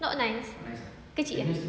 not nice kecil eh